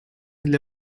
для